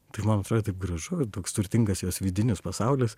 tai man atrodė taip gražu ir toks turtingas jos vidinis pasaulis